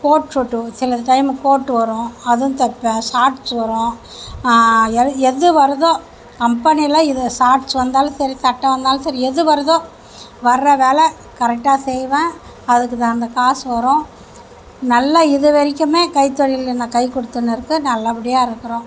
code suit சில time coat வரும் அதும் தைப்பேன் ஷார்ட்ஸ் வரும் எது எது வருதோ கம்பெனியில் இது ஷார்ட்ஸ் வந்தாலும் சரி சட்டை வந்தாலும் சரி எது வருதோ வர்ற வேலை கரெக்டாக செய்வேன் அதுக்கு தகுந்த காசு வரும் நல்லா இது வரைக்கும் கைத்தொழில் எனக்கு கை கொடுக்குதுன்னு இருக்கு நல்லபடியா இருக்கிறோம்